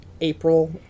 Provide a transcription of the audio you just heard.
April